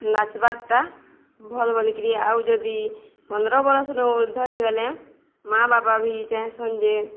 ନାଚ୍ବାର୍ଟା ଭଲ୍ ବୋଲିକିରି ଆଉ ଯଦି ପନ୍ଦର ବର୍ଷରୁୁ ଉର୍ଦ୍ଧ ହେଇଗଲେ ମାଆ ବାପା ବି ଚାହେଁସନ୍ ଯେ